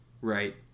right